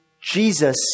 Jesus